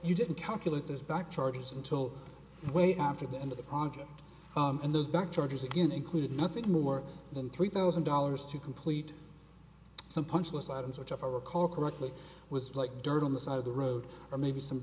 you didn't calculate this back charges until way down to the end of the project and those back charges again included nothing more than three thousand dollars to complete some punchless items which i recall correctly was like dirt on the side of the road or maybe some